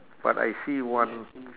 but I see one